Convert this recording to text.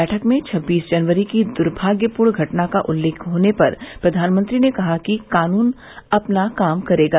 बैठक में छब्बीस जनवरी की दुर्भाग्यपूर्ण घटना का उल्लेख होने पर प्रधानमंत्री ने कहा कि कानून अपना काम करेगा